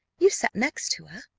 you sat next her.